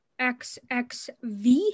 XXV